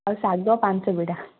ଆଉ ଶାଗ ପାଞ୍ଚ ବିଡ଼ା